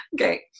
Okay